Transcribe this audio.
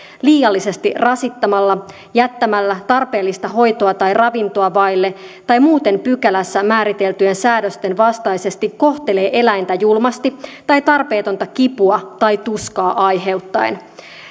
liiallisesti rasittamalla jättämällä tarpeellista hoitoa tai ravintoa vaille tai muuten pykälässä määriteltyjen säädösten vastaisesti kohtelee eläintä julmasti tai tarpeetonta kipua tai tuskaa aiheuttaen